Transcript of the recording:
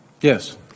Yes